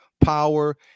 power